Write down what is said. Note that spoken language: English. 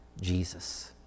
Jesus